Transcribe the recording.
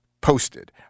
posted